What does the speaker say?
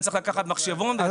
אני צריך לקחת מחשבון.